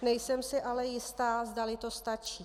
Nejsem si ale jistá, zdali to stačí.